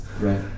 Right